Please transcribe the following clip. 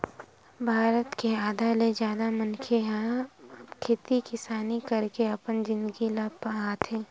भारत के आधा ले जादा मनखे मन ह खेती किसानी करके अपन जिनगी ल पहाथे